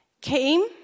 came